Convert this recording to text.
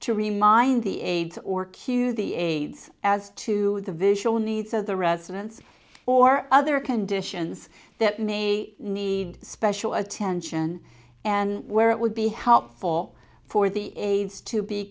to remind the aides or cue the aides as to the visual needs of the residents or other conditions that may need special attention and where it would be helpful for the aides to be